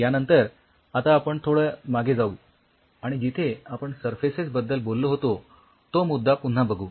यानंतर आता आपण थोडे मागे जाऊ आणि जिथे आपण सरफेसेस बद्दल बोललो होतो तो मुद्दा पुन्हा बघू